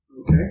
Okay